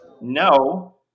No